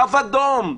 תו אדום,